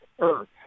Earth